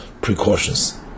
precautions